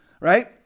right